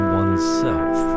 oneself